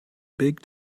big